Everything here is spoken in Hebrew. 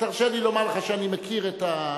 תרשה לי לומר לך שאני מכיר את,